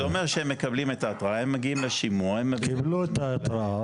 זה אומר שהם מקבלים את ההתראה הם מגיעים לשימוע --- קיבלו את ההתראה,